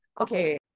Okay